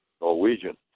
Norwegian